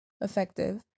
effective